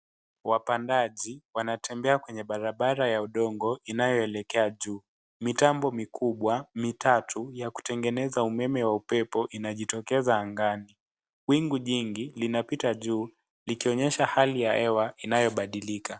Wapandaji wanatembea kwenye barabara ya udongo inaoelekelea juu mitambo mikubwa mitatu ya kutengeneza umeme ya upepo inajitokeza angaani wingu jingi lina pita juu likionyesha hali ya hewa inaobadilika.